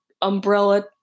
umbrella